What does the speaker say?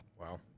Wow